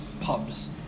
pubs